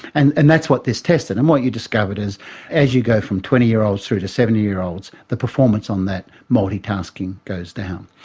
and and that's what this tested, and what you discovered is as you go from twenty year olds through to seventy year olds the performance on that multitasking goes down.